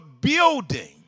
building